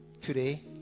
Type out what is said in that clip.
today